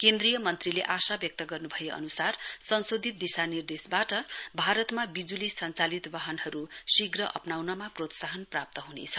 केन्द्रीय मन्त्रीले आशा व्यक्त गर्नुभए अनुसार संशोधित दिशानिर्देशबाट भारतमा विजुली संचालित वाहनहरु शीघ्र अप्नाउनमा प्रोत्साहन प्राप्त हुनेछ